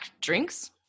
drinks